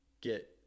get